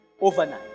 overnight